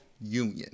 Union